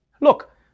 Look